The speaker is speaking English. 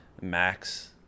Max